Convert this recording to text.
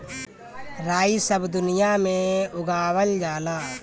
राई सब दुनिया में उगावल जाला